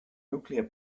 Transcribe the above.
nuclear